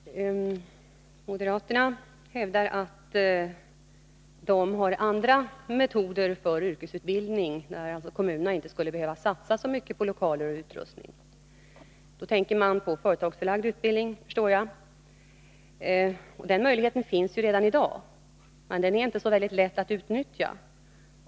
Herr talman! Moderaterna hävdar att de har andra metoder för yrkesutbildning, där kommunerna inte skulle behöva satsa så mycket på lokaler och utrustning. Man tänker då på företagsförlagd utbildning, förstår jag. Den möjligheten finns redan i dag, men den är inte så lätt att utnyttja.